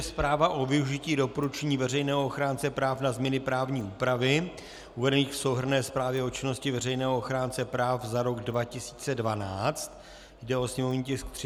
Zpráva o využití doporučení veřejného ochránce práv na změny právní úpravy, uvedených v Souhrnné zprávě o činnosti veřejného ochránce práv za rok 2012 /sněmovní tisk 327/